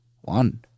One